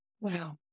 Wow